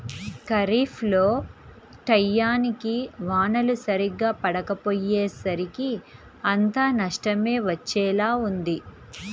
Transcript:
ఖరీఫ్ లో టైయ్యానికి వానలు సరిగ్గా పడకపొయ్యేసరికి అంతా నష్టమే వచ్చేలా ఉంది